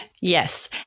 Yes